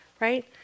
right